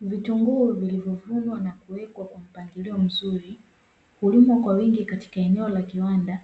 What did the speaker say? Vitunguu vilivyovunwa na kuwekwa kwa mpangilio mzuri, hulimwa kwa wingi katika eneo la kiwanda